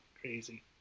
crazy